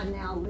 now